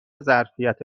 ظرفیت